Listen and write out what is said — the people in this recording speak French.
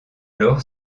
alors